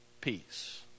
peace